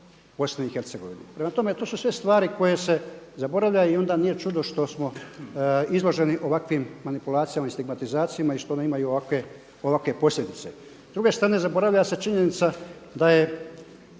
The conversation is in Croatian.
i Hercegovine. Prema tome, to su sve stvari koje se zaboravljaju i onda nije čudo što smo izloženi ovakvim manipulacijama i stigmatizacijama i što ona ima i ovakve posljedice. S druge strane zaboravlja se činjenica da je